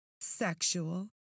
sexual